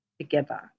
together